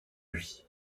lui